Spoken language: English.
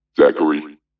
Zachary